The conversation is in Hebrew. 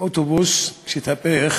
אוטובוס התהפך